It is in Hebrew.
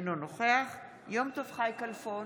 אינו נוכח יום טוב חי כלפון,